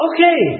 Okay